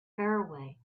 faraway